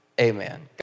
amen